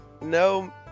no